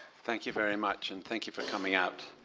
thank you very much and thank you for coming out.